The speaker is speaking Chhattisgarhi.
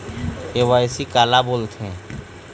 के.वाई.सी काला बोलथें?